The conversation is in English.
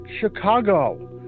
Chicago